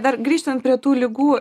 dar grįžtant prie tų ligų